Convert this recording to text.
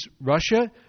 Russia